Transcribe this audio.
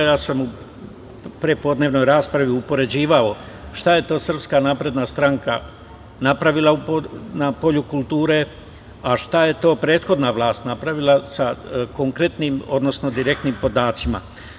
Ja sam u prepodnevnoj raspravi upoređivao šta je to SNS napravila na polju kulture, a šta je to prethodna vlast napravila sa konkretnim, odnosno direktnim podacima.